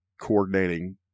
coordinating